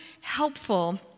helpful